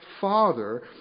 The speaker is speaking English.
Father